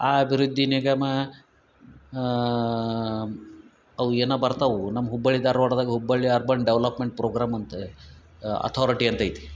ಆ ಅಭಿವೃದ್ಧಿ ನಿಗಮ ಅವು ಏನು ಬರ್ತಾವೆ ನಮ್ಮ ಹುಬ್ಬಳ್ಳಿ ಧಾರ್ವಾಡದಾಗ ಹುಬ್ಬಳ್ಳಿ ಅರ್ಬನ್ ಡೆವ್ಲಪ್ಮೆಂಟ್ ಪ್ರೋಗ್ರಾಮ್ ಅಂತೆ ಅಥೋರಿಟಿ ಅಂತ ಐತಿ